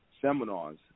seminars